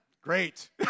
great